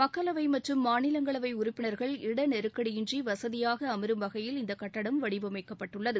மக்களவை மற்றும் மாநிலங்களவை உறுப்பினா்கள் இட நெருக்கடியின்றி வசதியாக அமரும் வகையில் இந்த கட்டடம் வடிவமைக்கப்பட்டுள்ளது